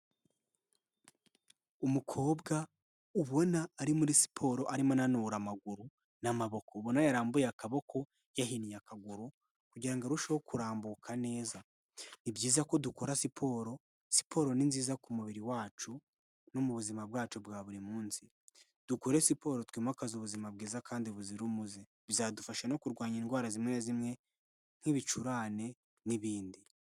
Umukobwa ubona ari muri siporo arimo ananura amaguru n'amaboko, ubona yarambuye akaboko yahinnye akaguru kugira ngo arusheho kurambuka neza. Ni byiza ko dukora siporo, siporo ni nziza ku mubiri wacu no mu buzima bwacu bwa buri munsi. Dukore siporo twimakaze ubuzima bwiza kandi buzira umuze. Bizadufasha no kurwanya indwara zimwe na zimwe nk'ibicurane n'ibindi.